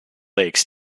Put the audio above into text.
lakes